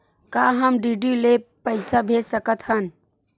का हम डी.डी ले पईसा भेज सकत हन?